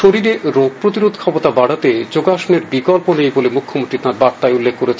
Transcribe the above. শরীরে রোগ প্রতিরোধ ক্ষমতা বাডাতে যোগাসনের বিকল্প নেই বলে মুখ্যমন্ত্রী তার বার্তায় উল্লেখ করেন